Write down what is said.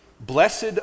Blessed